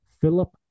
Philip